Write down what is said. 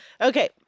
Okay